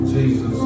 Jesus